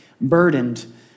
burdened